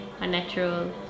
unnatural